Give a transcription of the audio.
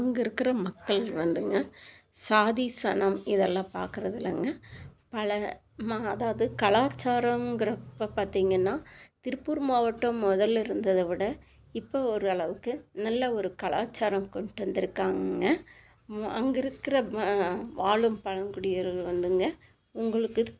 அங்கே இருக்குகிற மக்கள் வந்துங்க சாதி சனம் இதெல்லாம் பார்க்குறதில்லங்க பல ம அதாவது கலாச்சாரம்ங்குறப்ப பார்த்திங்கன்னா திருப்பூர் மாவட்டம் முதலில் இருந்ததை விட இப்போ ஒரு அளவுக்கு நல்ல ஒரு கலாச்ச்சாரம் கொண்டு வந்துருக்காங்கள் அங்கே இருக்குகிற வாழும் பழங்குடியர்கள் வந்துங்க உங்களுக்குத்